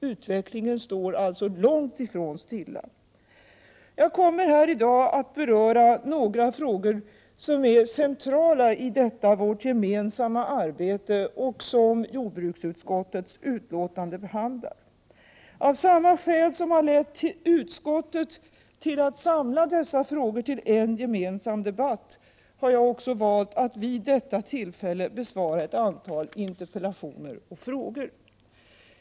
Utvecklingen står alltså långt ifrån stilla. Jag kommer här i dag att beröra några frågor som är centrala i detta vårt gemensamma arbete och som behandlas i jordbruksutskottets betänkande. Av samma skäl som lett utskottet till att samla dessa frågor till en gemensam debatt har jag också valt att vid detta tillfälle besvara ett antal interpellationer och frågor.